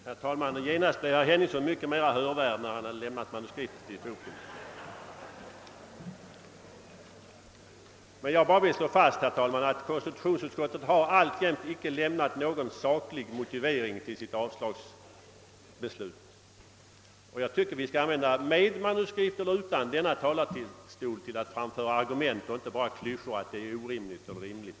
Herr talman! Herr Henningsson blev genast mycket mer hörvärd, när han lämnade sitt manuskript i bänken. Jag vill bara slå fast att konstitutionsutskottet inte gett någon saklig motivering för sitt avslagsyrkande. Jag tycker att vi — med eller utan manuskript — skall använda denna talarstol för att framföra argument och inte bara komma med klyschor om att det och det är rimligt eller orimligt.